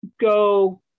go